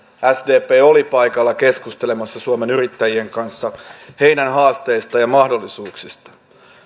sdp oli paikalla keskustelemassa suomen yrittä jien kanssa heidän haasteistaan ja mahdollisuuksistaan